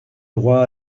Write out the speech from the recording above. droit